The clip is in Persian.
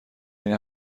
این